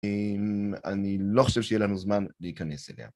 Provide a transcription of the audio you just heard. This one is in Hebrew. אני לא חושב שיהיה לנו זמן להיכנס אליה.